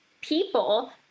people